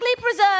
preserved